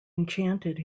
enchanted